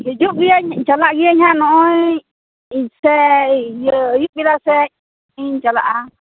ᱦᱤᱡᱩᱜ ᱜᱮᱭᱟᱹᱧ ᱪᱟᱞᱟᱜ ᱜᱮᱭᱟᱹᱧ ᱦᱟᱜ ᱱᱚᱜᱼᱚᱭ ᱥᱮᱭ ᱤᱭᱟᱹ ᱟᱭᱩᱵ ᱵᱮᱞᱟ ᱥᱮᱡ ᱤᱧ ᱪᱟᱞᱟᱜᱼᱟ